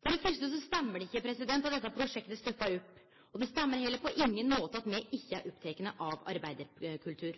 For det fyrste stemmer det ikkje at dette prosjektet stoppar opp, og det stemmer på ingen måte at me ikkje er opptekne av arbeidarkultur.